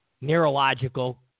neurological